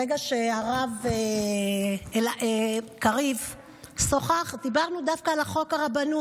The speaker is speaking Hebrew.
ברגע שהרב קריב שוחח, דיברנו דווקא על חוק הרבנות,